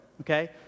Okay